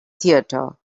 theater